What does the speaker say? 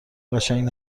قشنگ